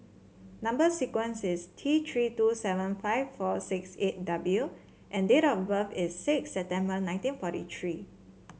number sequence is T Three two seven five four six eight W and date of birth is six September nineteen forty three